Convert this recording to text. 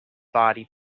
body